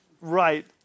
right